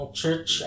church